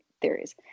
theories